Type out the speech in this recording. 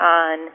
on